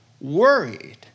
worried